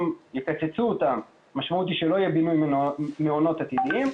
אם יקצצו אותם אז המשמעות היא שלא יהיה בינוי למעונות עתידיים.